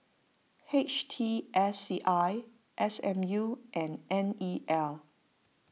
H T S C I S M U and N E L